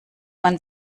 man